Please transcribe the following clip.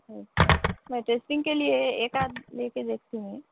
میں ٹیسٹنگ کے لیے ایک آدھ لے کے دیکھتی ہوں